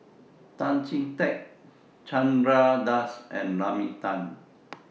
Tan Chee Teck Chandra Das and Naomi Tan